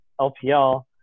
lpl